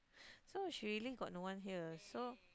so she really got no one here so